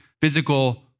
physical